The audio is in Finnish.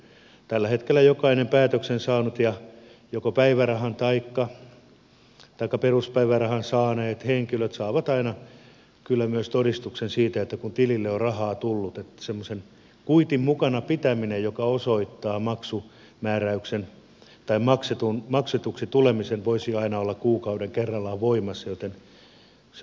tällä hetkellä jokainen päätöksen saanut joko päivärahan taikka peruspäivärahan saanut henkilö saa aina kyllä myös todistuksen siitä kun tilille on rahaa tullut niin että semmoisen kuitin mukana pitäminen joka osoittaa maksetuksi tulemisen ja voisi aina olla kuukauden kerrallaan voimassa ei semmoinen taakka ole